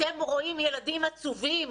אתם רואים ילדים עצובים.